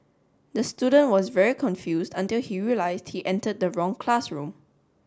the student was very confused until he realised he entered the wrong classroom